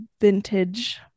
vintage